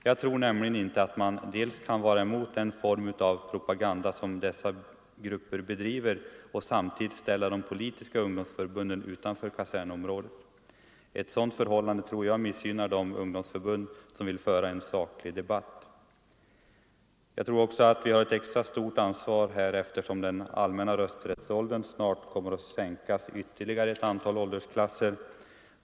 Jag tror nämligen inte att man kan vara emot den form av propaganda som dessa grupper bedriver och samtidigt ställa de politiska ungdomsförbunden utanför kasernområdet. Ett sådant förhållande tror jag missgynnar de ungdomsförbund som vill föra en saklig debatt. Jag tror också att vi har ett extra stort ansvar här, eftersom den allmänna rösträttsåldern snart kommer att sänkas ytterligare ett antal årsklasser.